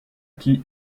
qui